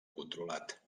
controlat